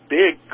big